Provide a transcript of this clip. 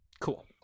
Cool